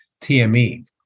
TME